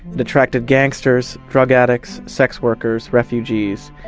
detracted gangsters, drug addicts, sex workers, refugees,